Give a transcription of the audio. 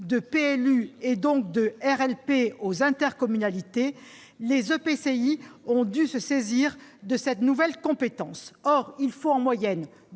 de PLU et donc de RLP aux intercommunalités, les EPCI ont dû se saisir de cette nouvelle compétence. Or il faut en moyenne